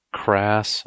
crass